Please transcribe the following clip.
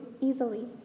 easily